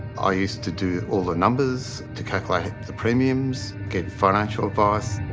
i used to do all the numbers to calculate the premiums, give financial advice.